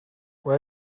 where